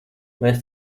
mēs